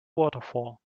waterfall